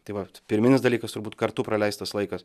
tai vat pirminis dalykas turbūt kartu praleistas laikas